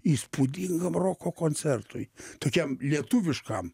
įspūdingam roko koncertui tokiam lietuviškam